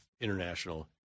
international